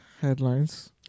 headlines